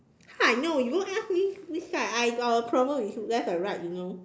how I know you go ask me which side I got a problem if you guys are right you know